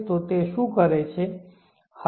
તો તે શું કરે છે